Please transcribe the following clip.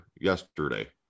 yesterday